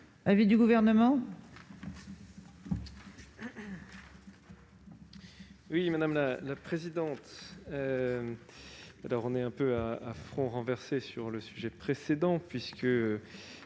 l'avis du Gouvernement ?